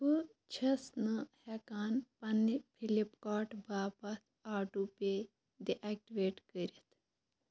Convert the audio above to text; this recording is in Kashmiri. بہٕ چھَس نہٕ ہٮ۪کان پنٛنہِ فِلِپکاٹ باپتھ آٹوٗ پے ڈِاٮ۪کٹِویٹ کٔرِتھ